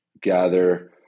gather